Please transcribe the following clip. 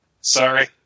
Sorry